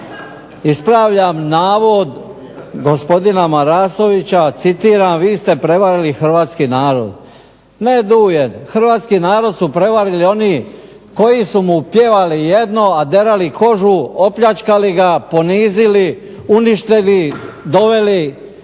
ispravljam navod gospodina Marasovića, citiram: "Vi ste prevarili hrvatski narod." Ne Duje hrvatski narod su prevarili oni koji su mu pjevali jedno, a derali kožu, opljačkali ga, ponizili, uništili, doveli